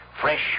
Fresh